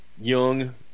young